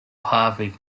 harvey